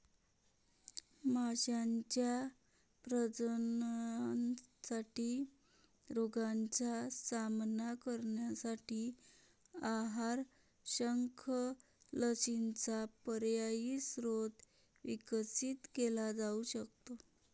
माशांच्या प्रजननासाठी रोगांचा सामना करण्यासाठी आहार, शंख, लसींचा पर्यायी स्रोत विकसित केला जाऊ शकतो